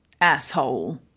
asshole